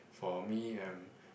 for me I'm